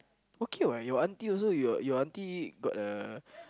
okay what your auntie also your your auntie got a